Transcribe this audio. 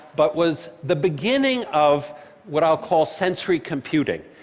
but was the beginning of what i'll call sensory computing,